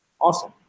Awesome